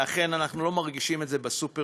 ואכן, אנחנו לא מרגישים את זה בסופרים.